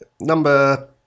Number